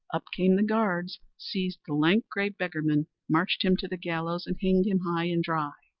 up came the guards, seized the lank, grey beggarman, marched him to the gallows and hanged him high and dry.